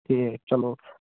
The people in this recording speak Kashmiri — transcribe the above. ٹھیٖک چلو